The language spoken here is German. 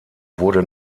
wurde